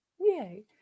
Yay